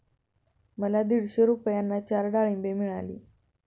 मला दीडशे रुपयांना चार डाळींबे मिळाली